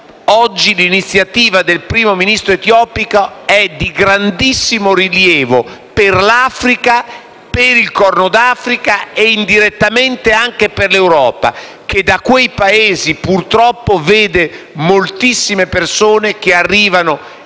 Oggi l'iniziativa del Primo Ministro etiopico è di grandissimo rilievo per l'Africa, per il Corno d'Africa e, indirettamente, anche per l'Europa, che da quei Paesi purtroppo vede moltissime persone che arrivano e che